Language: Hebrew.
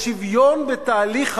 יש שוויון בתהליך ההורות.